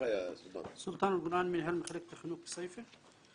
סולטן אלקרעאן, מנהל מחלקת החינוך בכסיפה.